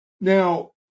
now